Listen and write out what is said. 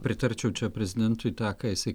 pritarčiau čia prezidentui tą ką jisai